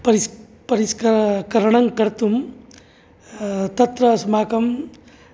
परिस् परिस्क्र् करणङ्कर्तुं तत्र अस्माकं